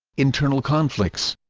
internal conflicts